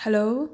hello